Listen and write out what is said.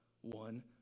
one